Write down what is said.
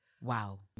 Wow